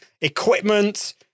equipment